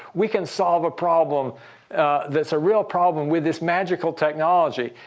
we can solve a problem that's a real problem with this magical technology.